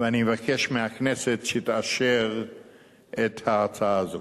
ואני מבקש מהכנסת שתאשר את ההצעה הזאת.